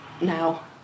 now